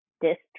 district